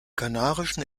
kanarischen